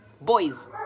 boys